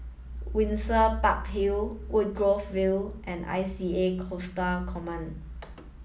Windsor Park Hill Woodgrove View and I C A Coastal Command